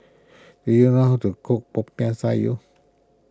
do you know how to cook Popiah Sayur